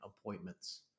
appointments